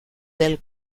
del